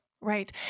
right